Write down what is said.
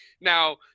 Now